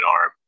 arm